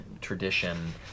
tradition